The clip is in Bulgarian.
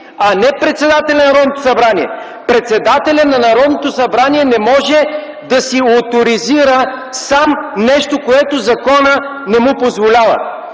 а не председателят на Народното събрание. Председателят на Народното събрание не може да си оторизира сам нещо, което законът не му позволява,